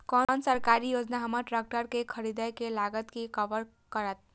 कोन सरकारी योजना हमर ट्रेकटर के खरीदय के लागत के कवर करतय?